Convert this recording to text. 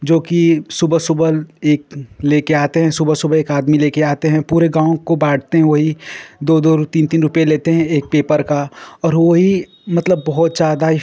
जो कि सुबह सुबह एक लेकर आते हैं सुबह सुबह एक आदमी लेकर आता है पूरे गाँव को बाँटता है वही दो दो रुपये तीन तीन रुपये लेता है एक पेपर का और वही मतलब बहुत ज़्यादा